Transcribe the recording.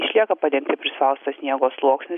išlieka padengti prispausto sniego sluoksniu